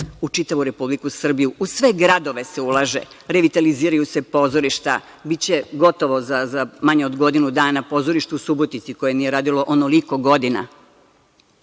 u čitavu Republiku Srbiju, u sve gradove se ulaže, revitaliziraju se pozorišta, biće gotovo za manje od godinu dana pozorište u Subotici koje nije radilo onoliko godina.U